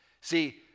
See